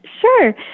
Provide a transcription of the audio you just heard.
Sure